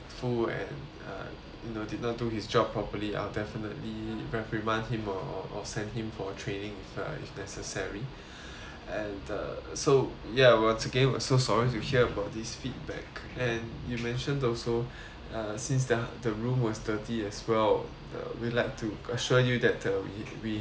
you know did not do his job properly I'll definitely reprimand him or or or send him for training if uh if necessary and uh so ya once again we're so sorry to hear about this feedback and you mentioned also uh since the the room was dirty as well uh we'll like to assure you that the we we have made